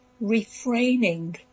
refraining